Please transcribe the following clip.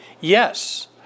Yes